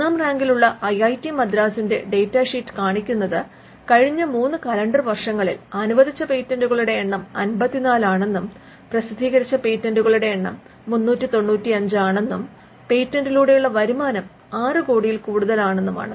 ഒന്നാം റാങ്കിലുള്ള I I T മദ്രാസിന്റെ ഡാറ്റാ ഷീറ്റ് കാണിക്കുന്നത് കഴിഞ്ഞ 3 കലണ്ടർ വർഷങ്ങളിൽ അനുവദിച്ച പേറ്റന്റുകളുടെ എണ്ണം 54 ആണെന്നും പ്രസിദ്ധീകരിച്ച പേറ്റന്റുകളുടെ എണ്ണം 395 ആണെന്നും പേറ്റന്റിലൂടെയുള്ള വരുമാനം 6 കോടിയിൽ കൂടുതലാണെന്നുമാണ്